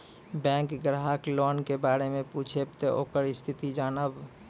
Bank ग्राहक loan के बारे मैं पुछेब ते ओकर स्थिति जॉनब?